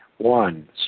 One